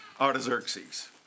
Artaxerxes